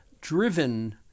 Driven